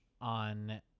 on